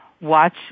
watch